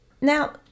Now